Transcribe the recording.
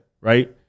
Right